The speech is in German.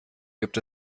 gibt